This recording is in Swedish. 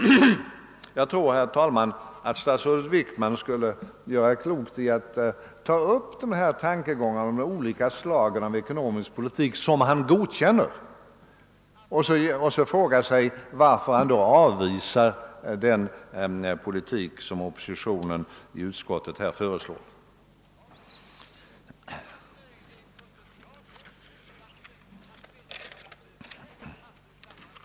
Jag tror, herr talman, att statsrådet Wickman skulle göra klokt i att ta upp de här tankegångarna om de olika slag av ekonomisk politik som han godkänner och fråga sig, varför han avvisar den politik som oppositionen föreslagit i utskottet.